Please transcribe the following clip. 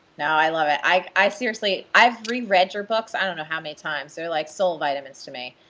no, i love it. i seriously. i've reread your books i don't know how many times. they're like soul vitamins to me.